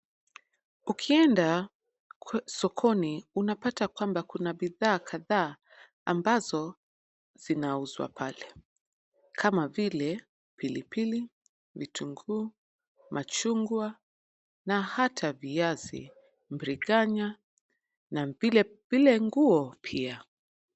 Ukienda sokoni, unapata kwamba kuna bidhaa kadhaa ambazo zinauzwa pale. Kama vile pilipili, vitunguu, machungwa na hata viazi, mbiriganya na vilevile nguo pia.